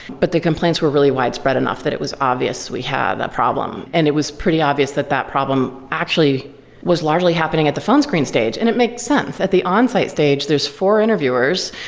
but the complaints were really widespread enough that it was obvious we had a problem. and it was pretty obvious that that problem actually was largely happening at the phone screen stage. and it makes sense. at the on-site stage, there's four interviewers,